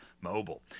Mobile